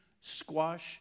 squash